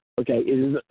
Okay